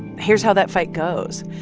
here's how that fight goes.